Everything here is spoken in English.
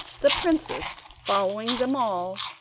the princess following them all,